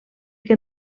que